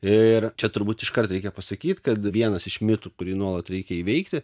ir čia turbūt iškart reikia pasakyt kad vienas iš mitų kurį nuolat reikia įveikti